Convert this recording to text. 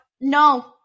No